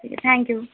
ठीक आहे थँक्यू